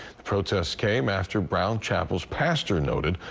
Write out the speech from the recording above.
the protests came after brown chapels pastor noted.